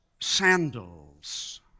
sandals